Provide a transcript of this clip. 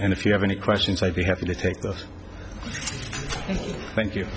and if you have any questions i'd be happy to take those thank you